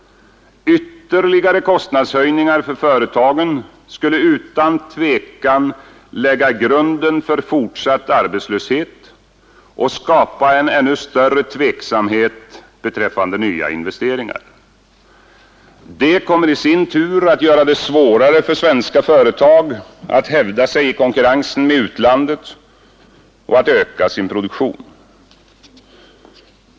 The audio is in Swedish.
Ytterligare kostnadshöjningar för företagen skulle utan tvivel lägga grunden för fortsatt arbetslöshet och skapa ännu större tveksamhet beträffande nya investeringar. Det kommer i sin tur att göra det svårare för svenska företag att hävda sig i konkurrensen med utlandet och att öka sin produktion.